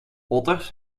otters